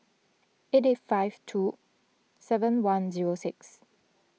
eight eight five two seven one zero six